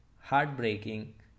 heartbreaking